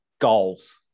goals